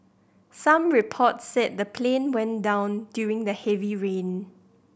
some reports said the plane went down during the heavy rain